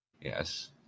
Yes